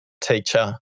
teacher